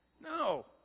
No